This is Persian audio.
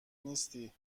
نیستی